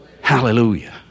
Hallelujah